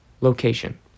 location